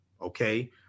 okay